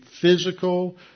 physical